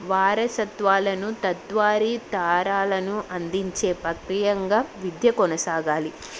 వారసత్వాలను తత్వారి తారాలను అందించే ప్రక్రియంగా విద్య కొనసాగాలి